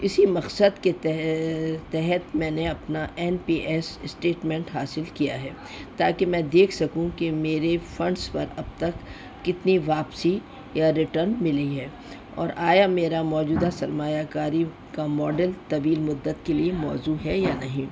اسی مقصد کے تح تحت میں نے اپنا این پی ایس اسٹیٹمنٹ حاصل کیا ہے تاکہ میں دیکھ سکوں کہ میرے فنڈس پر اب تک کتنی واپسی یا ریٹرن ملی ہے اور آیا میرا موجودہ سرمایہ کاری کا ماڈل طویل مدت کے لیے موزوں ہے یا نہیں